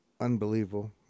unbelievable